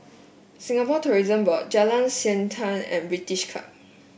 Singapore Tourism Board Jalan Siantan and British Club